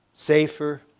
safer